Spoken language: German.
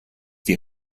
die